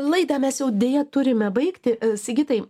laidą mes jau deja turime baigti sigitai